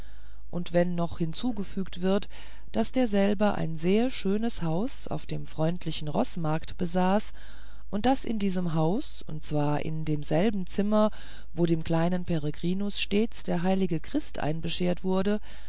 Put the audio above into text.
und wenn noch hinzugefügt wird daß derselbe ein sehr schönes haus auf dem freundlichen roßmarkt besaß und daß in diesem hause und zwar in demselben zimmer wo dem kleinen peregrinus stets der heilige christ einbeschert wurde